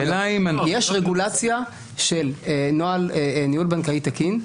יש רגולציה של ניהול בנקאי תקין,